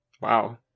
Wow